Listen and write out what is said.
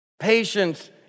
Patience